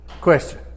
question